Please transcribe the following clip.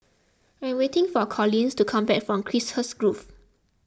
I am waiting for Collins to come back from Chiselhurst Grove